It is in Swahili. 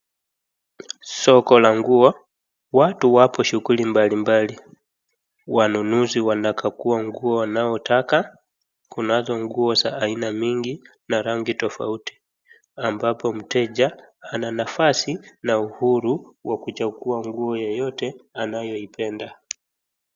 Soko la nguo, watu wapo shughuli mbali mbali, wanunuzi wanakagua nguo wanaotaka, kunazo nguo za aina mingi na rangi tofauti ambapo mteja ana nafasi na uhuru wa kuchagua nguo yoyote anayoipenda.